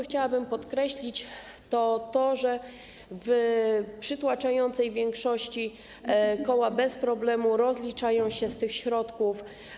Chciałabym tu podkreślić, że w przytłaczającej większości koła bez problemu rozliczają się z tych środków.